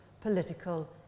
political